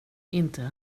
inte